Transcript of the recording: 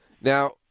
Now